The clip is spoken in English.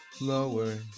lower